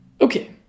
Okay